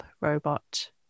robot